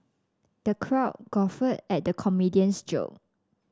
the crowd guffawed at the comedian's joke